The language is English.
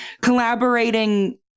collaborating